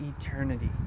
eternity